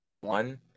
one